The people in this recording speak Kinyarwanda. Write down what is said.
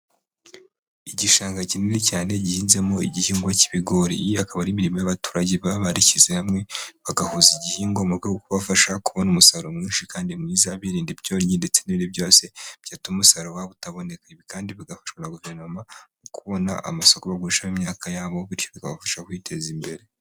Igishanga kinini cyane gihinzemo igihingwa cy'ibigori, iyi akaba ari imirima y'abaturage baba barishyize hamwe bagahuza igihingwa mu rwego rwo kubafasha kubona umusaruro mwinshi kandi mwiza, birinda ibyonnyi ndetse n'ibindi byose byatuma umusaruro wabo utaboneka, ibi kandi bigafasha na guverinoma mu kubona amasoko yo gushyiramo imyaka yabo, bityo bikabafasha kwiteza imbere.